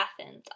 athens